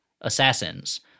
assassins